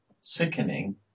sickening